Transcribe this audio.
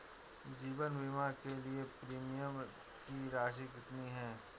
जीवन बीमा के लिए प्रीमियम की राशि कितनी है?